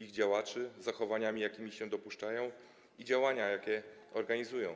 ich działaczy, z zachowaniami, jakich się dopuszczają, i z działaniami, jakie organizują.